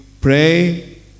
pray